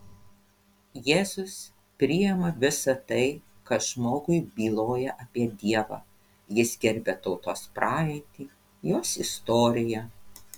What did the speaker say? jėzus priima visa tai kas žmogui byloja apie dievą jis gerbia tautos praeitį jos istoriją